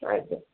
ಆಯ್ತು ಸರ್